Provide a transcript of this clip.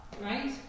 Right